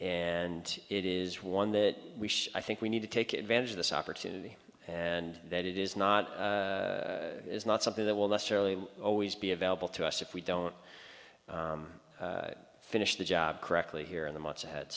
and it is one that we i think we need to take advantage of this opportunity and that it is not is not something that will necessarily always be available to us if we don't finish the job correctly here in the months ahead